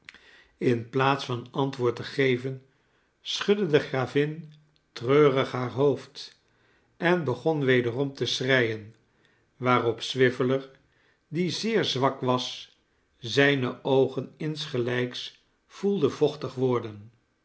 in plaats van antwoord te geven schudde de gravin treurig haar hoofd en begon wederom te schreien waarop swiveller die zeer zwak was zijne oogen insgelijks voelde vochtig worden